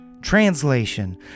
Translation